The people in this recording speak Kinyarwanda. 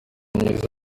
myiza